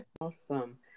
Awesome